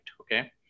okay